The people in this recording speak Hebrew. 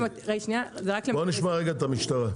נשמע רגע את המשטרה.